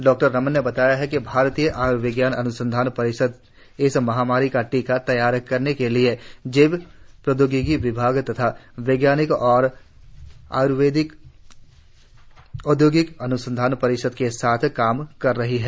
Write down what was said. doctor Raman ने बताया कि भारतीय आयर्विज्ञान अनुसंधान परिषद इस महामारी का टीका तैयार करने के लिए जैव प्रौद्योगिकी विभाग तथा वैज्ञानिक और औदयोगिक अन्संधान परिषद के साथ काम कर रही है